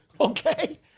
okay